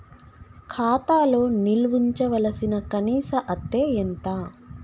ఖాతా లో నిల్వుంచవలసిన కనీస అత్తే ఎంత?